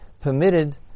permitted